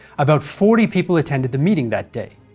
about forty people attended the meeting that day.